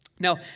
Now